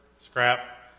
Scrap